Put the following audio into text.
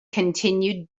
continued